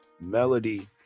melody